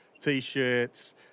T-shirts